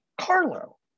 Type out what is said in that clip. Carlo